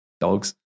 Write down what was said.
dogs